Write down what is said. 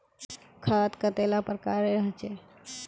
खाद कतेला प्रकारेर होचे?